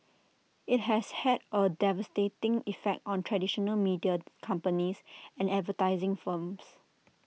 IT has had A devastating effect on traditional media companies and advertising firms